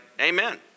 amen